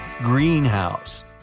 Greenhouse